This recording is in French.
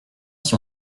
qui